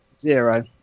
Zero